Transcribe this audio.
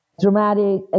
dramatic